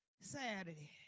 Saturday